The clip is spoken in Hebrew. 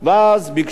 ואז ביקשו